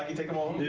take them all